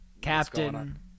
Captain